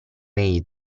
made